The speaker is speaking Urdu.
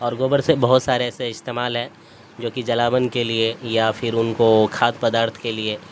اور گوبر سے بہت سارے ایسے استعمال ہیں جوکہ جلاون کے لیے یا پھر ان کو کھاد پدارتھ کے لیے